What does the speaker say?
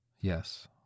Yes